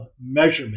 measurement